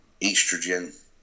estrogen